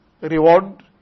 reward